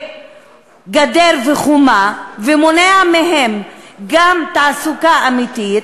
גדר וחומה ומונע מהם גם תעסוקה אמיתית,